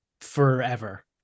forever